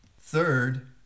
Third